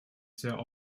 sehr